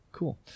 Cool